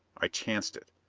i chanced it.